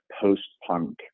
post-punk